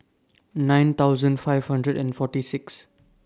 nine thousand five hundred and forty six